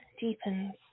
deepens